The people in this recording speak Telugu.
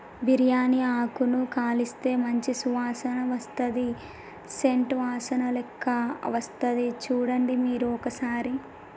బిరియాని ఆకును కాలిస్తే మంచి సువాసన వస్తది సేంట్ వాసనలేక్క వస్తది చుడండి మీరు ఒక్కసారి